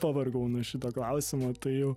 pavargau nuo šito klausimo tai jau